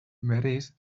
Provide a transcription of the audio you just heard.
berriz